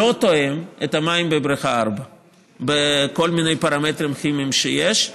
לא תואם את המים בבריכה 4 בכל מיני פרמטרים כימיים שיש.